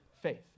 faith